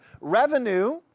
revenue